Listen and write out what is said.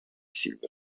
silver